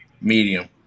Medium